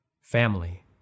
family